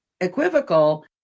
equivocal